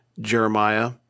Jeremiah